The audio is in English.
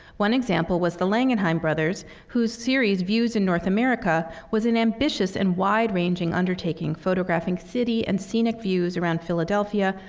one example was the langenheim brothers, whose series views in north america was an ambitious and wide-ranging undertaking, photographing city and scenic views around philadelphia,